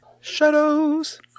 Shadows